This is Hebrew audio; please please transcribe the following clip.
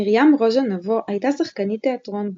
מרים רוז'ה-נבו הייתה שחקנית תיאטרון,